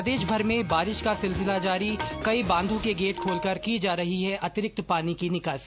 प्रदेशभर में बारिश का सिलसिला जारी कई बांधों के गेट खोलकर की जा रही है अतिरिक्त पानी की निकासी